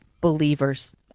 believers